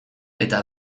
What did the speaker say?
eta